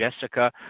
Jessica